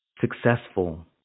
successful